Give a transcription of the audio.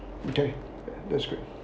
okay that's great